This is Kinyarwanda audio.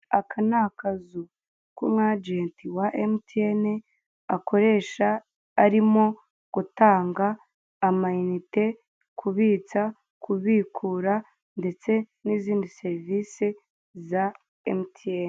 Aka ni akazu k'umwajenti wa emutiyene akoresha arimo gutanga amayinite, kubitsa, kubikura, ndetse n'izindi serivise za emutiyeni.